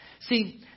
See